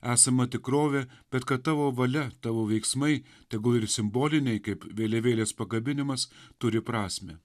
esama tikrovė bet kad tavo valia tavo veiksmai tegu ir simboliniai kaip vėliavėlės pakabinimas turi prasmę